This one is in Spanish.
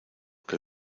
que